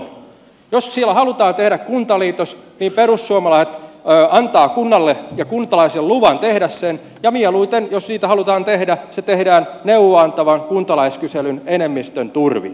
jos siellä halutaan tehdä kuntaliitos niin perussuomalaiset antavat kunnalle ja kuntalaisille luvan tehdä sen ja mieluiten jos niitä halutaan tehdä se tehdään neuvoa antavan kuntalaiskyselyn enemmistön turvin